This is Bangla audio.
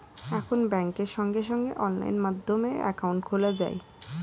এখন ব্যাংকে সঙ্গে সঙ্গে অনলাইন মাধ্যমে অ্যাকাউন্ট খোলা যায়